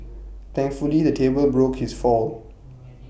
thankfully the table broke his fall